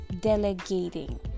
delegating